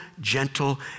gentle